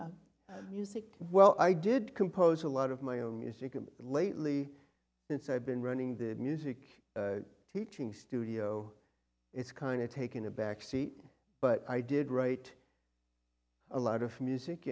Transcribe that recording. music well i did compose a lot of my own music and lately since i've been running the music teaching studio it's kind of taken a backseat but i did write a lot of music